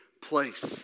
place